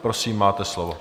Prosím, máte slovo.